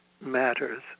matters